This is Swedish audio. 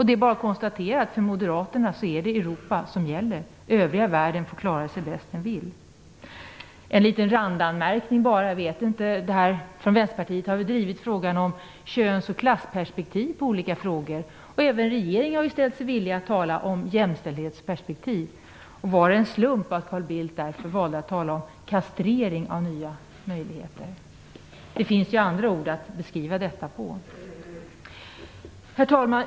Det är bara att konstatera att det är Europa som gäller för Moderaterna. Övriga världen får klara sig bäst den vill. Jag vill göra en liten randanmärkning: Från Vänsterpartiet har vi drivit frågan om köns och klassperspektiv på olika frågor. Även regeringen har ställt sig villig till att tala om jämställdhetsperspektiv. Var det en slump att Carl Bildt valde att tala om "kastrering" av nya möjligheter? Det finns ju andra ord att beskriva detta med. Herr talman!